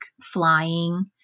flying